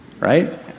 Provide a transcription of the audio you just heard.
right